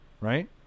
right